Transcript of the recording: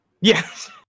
Yes